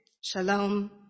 shalom